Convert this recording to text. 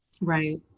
Right